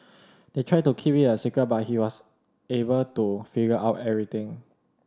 they tried to keep it a secret but he was able to figure out everything